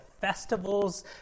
festivals